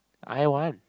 I want